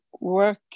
work